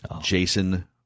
Jason